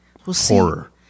horror